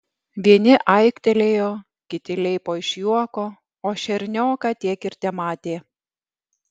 vieni aiktelėjo kiti leipo iš juoko o šernioką tiek ir tematė